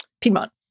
Piedmont